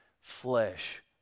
flesh